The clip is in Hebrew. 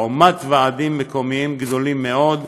ובין ועדים מקומיים גדולים מאוד,